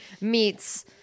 meets